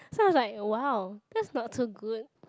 so it's like !wow! that's not so good